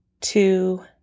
two